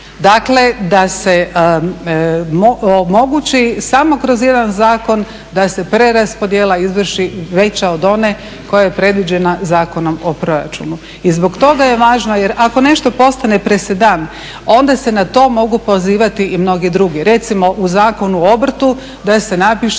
Dakle da se omogući samo kroz jedan zakon, da se preraspodjela izvrši veća od one koja je predviđena Zakonom o proračunu. I zbog toga je važno jer ako nešto postane presedan onda se na to mogu pozivati i mnogi drugi. Recimo u Zakonu o obrtu da se napiše